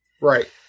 Right